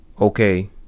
okay